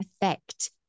affect